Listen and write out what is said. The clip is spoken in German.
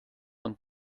und